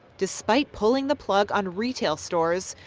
despite pulling the plug on retail stores,